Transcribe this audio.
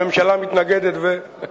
הממשלה מתנגדת ו...